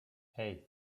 hey